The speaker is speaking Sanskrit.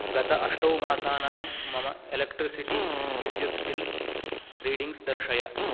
गत अष्टौ मासानां मम एलेक्ट्रिसिटि विद्युत् बिल् रीडिङ्ग्स् दर्शय